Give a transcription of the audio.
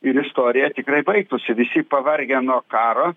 ir istorija tikrai baigtųsi visi pavargę nuo karo